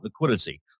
liquidity